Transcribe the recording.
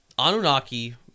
Anunnaki